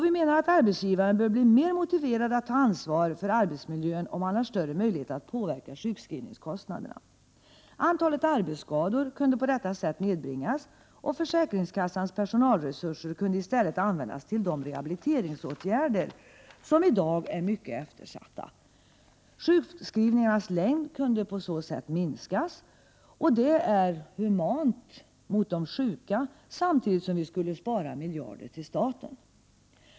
Vi menar att arbetsgivaren bör bli mera motiverad att ta ett ansvar för arbetsmiljön, om han har större möjligheter att påverka sjukskrivningskostnaderna. Antalet arbetsskador kunde på detta sätt nedbringas, och försäkringskassans personalresurser kunde i stället användas för att tillgodose de rehabiliteringsbehov som i dag är mycket eftersatta. På det sättet skulle sjukskrivningarnas längd kunna minskas, vilket är humant gentemot de sjuka. Samtidigt skulle vi spara miljarder till staten.